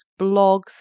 blogs